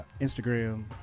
Instagram